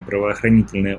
правоохранительные